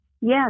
Yes